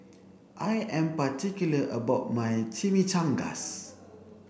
I am particular about my Chimichangas